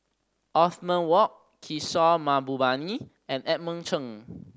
Othman Wok Kishore Mahbubani and Edmund Cheng